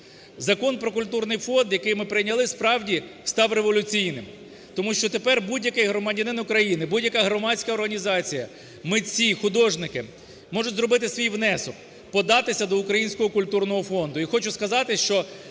Закон про культурний фонд, який ми прийняли, справді, став революційним, тому що тепер будь-який громадянин України, будь-яка громадська організація, митці, художники можуть зробити свій внесок – податися до Українського культурного фонду.